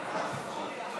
שעה),